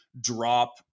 drop